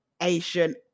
Asian